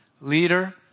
leader